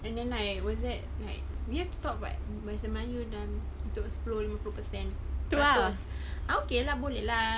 and then like what's that like we've talk what dalam bahasa melayu dan untuk sepuluh percent okay lah boleh lah